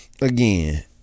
Again